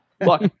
Look